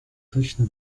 точно